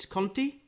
Conti